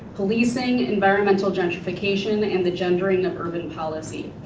policing, environmental gentrification and the gendering of urban policy.